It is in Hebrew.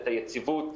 את היציבות,